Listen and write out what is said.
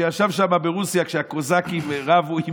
שישב שם ברוסיה כשהקוזקים רבו,